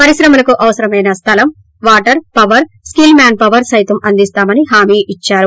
పరిశ్రమలకు అవసరమైన స్దలం water power skill manpower సహితం అందిస్తామని హామీ ఇచ్చారు